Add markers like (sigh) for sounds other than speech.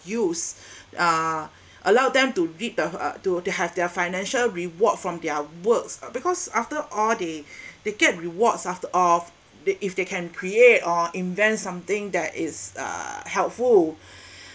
used (breath) are allowed them to re~ the uh to have their financial reward from their works because after all they (breath) they get rewards after of they if they can create or invent something that is uh helpful (breath)